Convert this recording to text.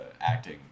acting